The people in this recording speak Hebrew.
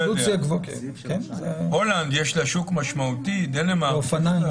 להולנד יש שוק משמעותי, לדנמרק.